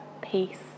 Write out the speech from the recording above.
peace